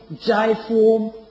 J-form